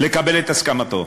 לקבל את הסכמתו,